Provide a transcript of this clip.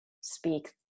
speak